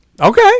okay